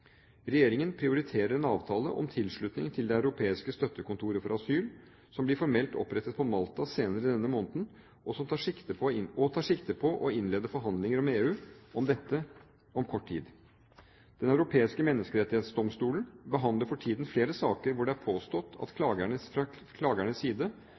Regjeringen prioriterer en avtale om tilslutning til det europeiske støttekontoret for asyl, som blir formelt opprettet på Malta senere denne måneden, og tar sikte på å innlede forhandlinger med EU om dette om kort tid. Den europeiske menneskerettighetsdomstol behandler for tiden flere saker hvor det er påstått fra klagernes side at